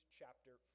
chapter